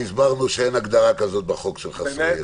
על זה הסברנו שאין הגדרה כזאת בחוק של חסרי ישע.